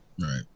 Right